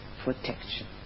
protection